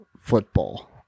football